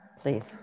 please